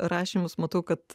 rašymas matau kad